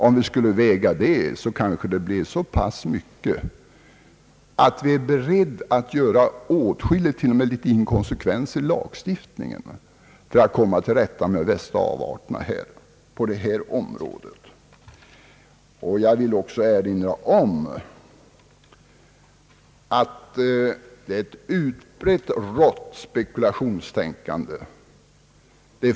Om vi skulle räkna ut det, kanske det blev så mycket att vi vore beredda till åtskilligt, t.o.m. inkonsekvenser i lagstiftningen, för att komma till rätta med de värsta avarterna på detta område. Det är fråga om ett utbrett, hårt spekulationstänkande.